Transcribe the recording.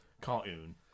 Cartoon